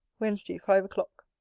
wednesday, five o'clock